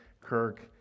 Kirk